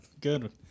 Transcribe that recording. Good